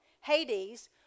Hades